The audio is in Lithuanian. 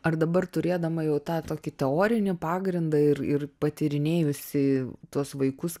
ar dabar turėdama jau tą tokį teorinį pagrindą ir ir patyrinėjusi tuos vaikus